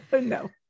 No